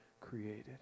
created